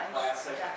Classic